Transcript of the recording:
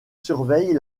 surveillent